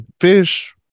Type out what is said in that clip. fish